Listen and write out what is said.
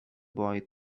boy